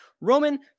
Roman